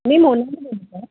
मी मोनली बोलते